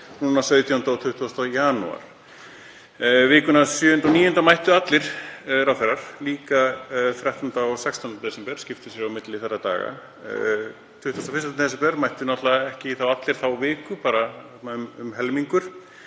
núna 17. og 20. janúar. Vikuna 7. og 9. desember mættu allir ráðherrar, líka 13. og 16. desember, skiptu sér á milli þeirra daga. Þann 21. desember mættu náttúrlega ekki allir, bara um helmingur